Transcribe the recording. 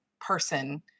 person